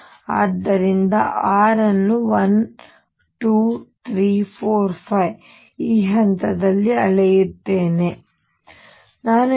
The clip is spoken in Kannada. ಮತ್ತು ಆದ್ದರಿಂದ r ಅನ್ನು 12345 ಈ ಹಂತದಲ್ಲಿ ಅಳೆಯುತ್ತೇನೆ ಶಕ್ತಿ ಮಾಡುತ್ತದೆ